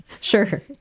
Sure